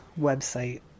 website